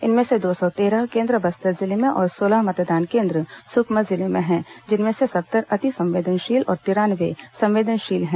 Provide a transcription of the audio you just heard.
इनमें से दो सौ तेरह केन्द्र बस्तर जिले में और सोलह मतदान केन्द्र सुकमा जिले में हैं जिनमें से सत्तर अतिसंवेदनशील और तिरानवे संवेदनशील हैं